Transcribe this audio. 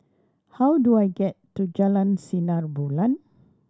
how do I get to Jalan Sinar Bulan